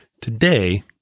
today